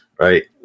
right